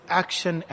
action